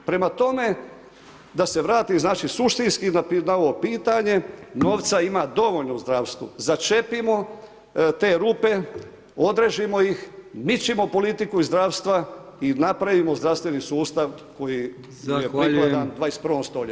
Prema tome, da se vrati naši suštinski na ovo pitanje, novca ima dovoljno u zdravstvu, začepimo te rupe, odrežemo ih, mičimo politiku iz zdravstva i napravimo zdravstveni sustav koji je prikladan 21. st.